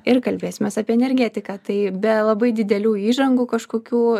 ir kalbėsimės apie energetiką tai be labai didelių įžangų kažkokių